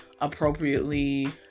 appropriately